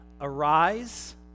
Arise